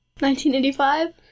1985